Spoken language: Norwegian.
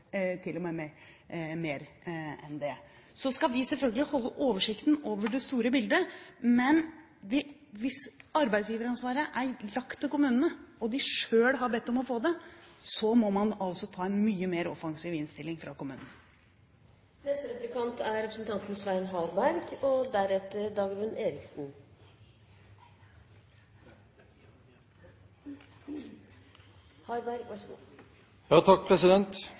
tjent med at lærere står i jobb til de er 67 år, 70 år og kanskje til og med mer enn det. Så skal vi selvfølgelig ha oversikten over det store bildet, men hvis arbeidsgiveransvaret er lagt til kommunene og de selv har bedt om å få det, må kommunene altså ha en mye mer offensiv innstilling.